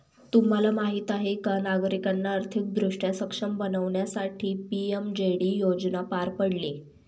तुम्हाला माहीत आहे का नागरिकांना आर्थिकदृष्ट्या सक्षम बनवण्यासाठी पी.एम.जे.डी योजना पार पाडली